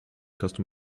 custom